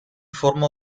forma